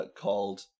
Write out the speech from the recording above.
called